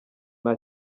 nta